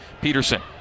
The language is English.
Peterson